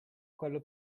quello